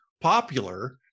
popular